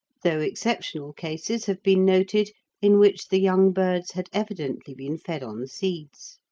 though exceptional cases have been noted in which the young birds had evidently been fed on seeds.